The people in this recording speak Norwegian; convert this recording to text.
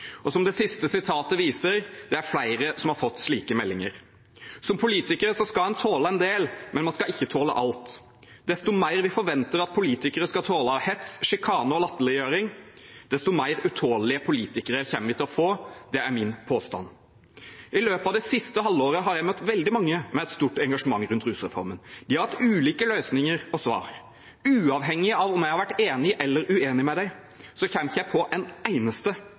Og som det siste utsagnet viser, er det flere som har fått slike meldinger. Som politiker skal man tåle en del, men man skal ikke tåle alt. Desto mer vi forventer at politikere skal tåle av hets, sjikane og latterliggjøring, desto mer utålelige politikere kommer vi til å få – det er min påstand. I løpet av det siste halvåret har jeg møtt veldig mange med et stort engasjement rundt rusreformen. De har hatt ulike løsninger og svar. Uavhengig av om jeg har vært enig eller uenig med dem, kommer jeg ikke på en eneste